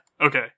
okay